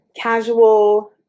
Casual